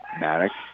Maddox